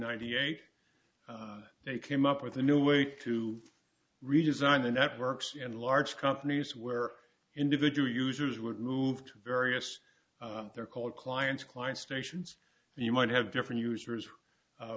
ninety eight they came up with a new way to redesign the networks in large companies where individual users would move to various they're called clients client stations you might have different users